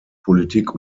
politik